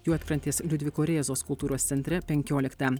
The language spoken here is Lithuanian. juodkrantės liudviko rėzos kultūros centre penkioliktą